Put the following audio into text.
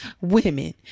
women